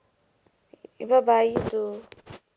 bye bye you too